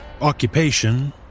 occupation